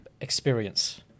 experience